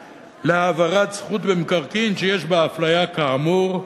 להעברת זכות במקרקעין שיש בה הפליה כאמור.